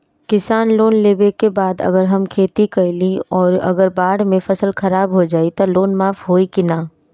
किसान लोन लेबे के बाद अगर हम खेती कैलि अउर अगर बाढ़ मे फसल खराब हो जाई त लोन माफ होई कि न?